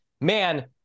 man